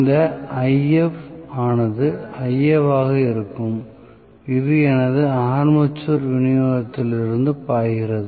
இந்த If ஆனது Ia வாக இருக்கும் இது எனது ஆர்மேச்சர் விநியோகத்திலிருந்து பாய்கிறது